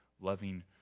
loving